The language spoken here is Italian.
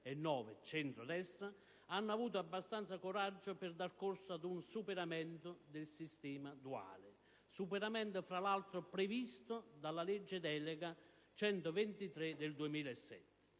2009 (centrodestra) hanno avuto abbastanza coraggio per dare corso ad un superamento del sistema duale. Superamento, fra l'altro, previsto dalla legge delega n. 123 del 2007.